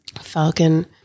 Falcon